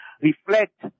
reflect